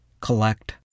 collect